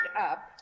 up